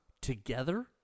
together